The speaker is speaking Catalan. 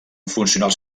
funcionals